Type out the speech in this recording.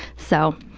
so,